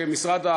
שמשרד,